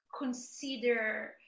consider